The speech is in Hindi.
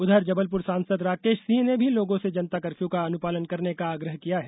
उधर जबलपुर सांसद राकेश सिंह ने भी लोगों से जनता कफ्यू का अनुपालन करने का आग्रह किया है